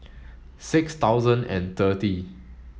six thousand and thirty